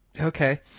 Okay